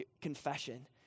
confession